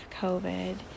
COVID